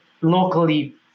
locally